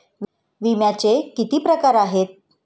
विम्याचे किती प्रकार आहेत?